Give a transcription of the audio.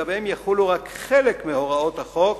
שלגביהם יחול רק חלק מהוראות החוק.